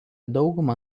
daugumą